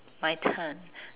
my turn